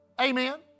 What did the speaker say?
amen